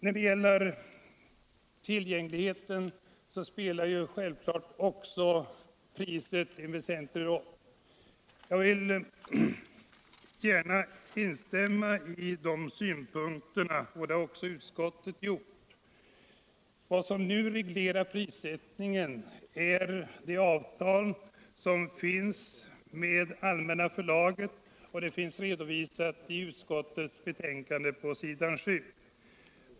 När det gäller tillgängligheten spelar självklart också priset en väsentlig roll. Jag vill gärna instämma i de synpunkterna — det har också utskottet gjort. Vad som nu reglerar prissättningen är det avtal som finns med Allmänna Förlaget. Det finns redovisat i utskottets betänkande på s. 7.